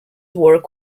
work